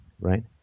right